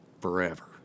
forever